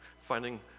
finding